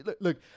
look